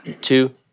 two